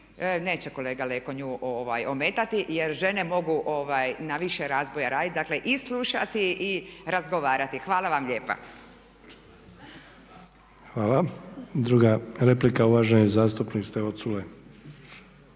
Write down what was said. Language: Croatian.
neće kolega Leko nju ometati jer žene mogu na više razboja raditi, dakle i slušati i razgovarati. Hvala vam lijepa. **Sanader, Ante (HDZ)** Hvala. Druga replika uvaženi zastupnik Stevo Culej.